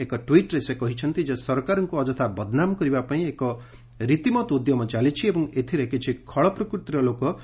ଏକ ଟ୍ୱିଟ୍ରେ ସେ କହିଛନ୍ତି ଯେ ସରକାରଙ୍କୁ ଅଯଥା ବଦନାମ କରିବା ପାଇଁ ଏକ ରୀତିମତ ଉଦ୍ୟମ ଚାଲିଛି ଏବଂ ଏଥିରେ କିଛି ଖଳ ପ୍ରକୃତିର ଲୋକ ସମ୍ପୁକ୍ତ ଅଛନ୍ତି